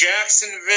Jacksonville